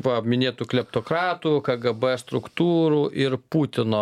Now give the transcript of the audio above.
va minėtų kleptokratų kgb struktūrų ir putino